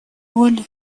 роль